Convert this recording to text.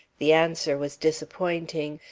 the answer was disappointing.